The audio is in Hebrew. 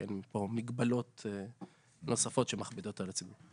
שאין פה מגבלות נוספות שמכבידות על הציבור.